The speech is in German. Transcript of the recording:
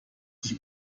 sich